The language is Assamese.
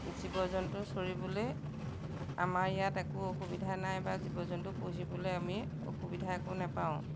জীৱ জন্তু চৰিবলৈ আমাৰ ইয়াত একো অসুবিধা নাই বা জীৱ জন্তু পুহিবলৈ আমি অসুবিধা একো নেপাওঁ